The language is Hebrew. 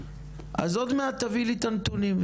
אז עוד מעט תביאי לי את הנתונים,